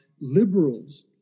liberals